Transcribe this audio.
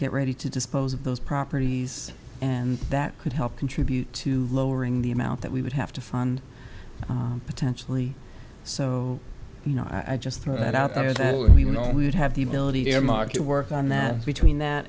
get ready to dispose of those properties and that could help contribute to lowering the amount that we would have to fund potentially so you know i just threw that out there that we know we would have the ability to have mark to work on that between that